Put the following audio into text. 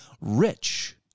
rich